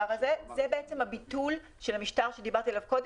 בעצם הביטול של המשטר שדיברתי עליו קודם,